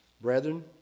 Brethren